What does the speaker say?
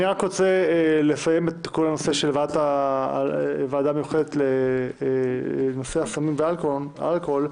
אני רוצה לסיים את נושא הוועדה המיוחדת לנושא סמים ואלכוהול.